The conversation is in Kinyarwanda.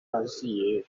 aziye